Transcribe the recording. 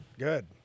good